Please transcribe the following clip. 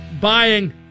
buying